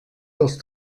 dels